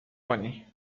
کنی